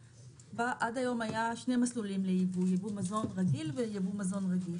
עד היום היו שני מסלולים לייבוא: ייבוא מזון רגיל וייבוא מזון רגיש.